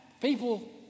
people